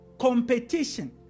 Competition